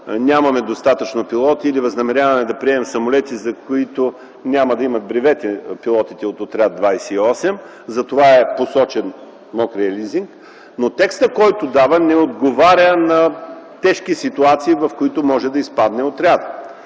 нямаме достатъчно пилоти или възнамеряваме да приемем самолети, за които няма да имат бревети пилотите от Отряд 28 и затова е посочен мокрият лизинг. Текстът, който дава, не отговаря на тежките ситуации, в които може да изпадне отрядът.